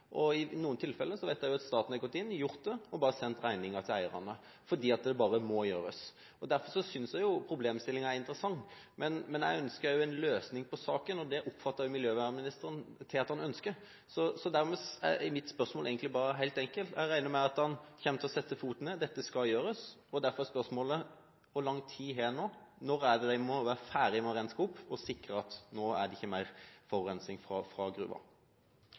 og i noen tilfeller vet jeg at staten har gått inn og gjort det og sendt regningen til eierne fordi det bare må gjøres. Derfor synes jeg problemstillingen er interessant. Men jeg ønsker også en løsning på saken, og det oppfatter jeg at miljøvernministeren sier at han ønsker. Så dermed er mitt spørsmål egentlig helt enkelt – jeg regner med at han kommer til å sette foten ned: Dette skal gjøres! Derfor er spørsmålet: Hvor lang tid har en nå? Når er det en må være ferdig med å renske opp og sikre at det nå ikke er mer forurensning fra